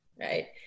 right